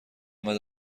بعد